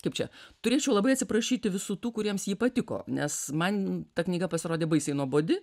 kaip čia turėčiau labai atsiprašyti visų tų kuriems ji patiko nes man ta knyga pasirodė baisiai nuobodi